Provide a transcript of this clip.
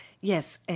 yes